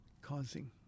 causing